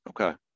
Okay